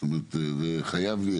זאת אומרת, זה חייב,